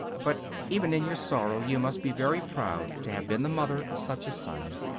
but even in your sorrow you must be very proud to have been the mother of such a son.